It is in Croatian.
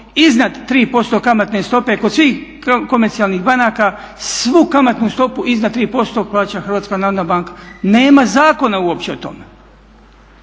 iznad 3% kamatne stope kod svih komercijalnih banaka svu kamatnu stopu iznad 3% plaća HNB. Nema zakona uopće o tome,